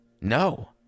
no